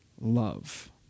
love